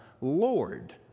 Lord